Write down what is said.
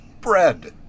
bread